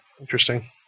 interesting